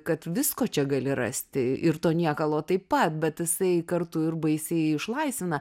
kad visko čia gali rasti ir to niekalo taip pat bet jisai kartu ir baisiai išlaisvina